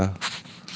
tak ingat lah